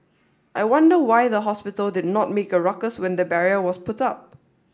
I wonder why the hospital did not make a ruckus when the barrier was put up